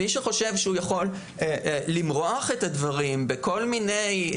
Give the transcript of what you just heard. מי שחושב שהוא יכול למרוח את הדברים בכל מיני אמירות,